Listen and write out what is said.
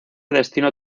destino